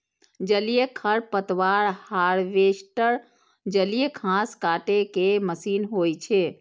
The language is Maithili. जलीय खरपतवार हार्वेस्टर जलीय घास काटै के मशीन होइ छै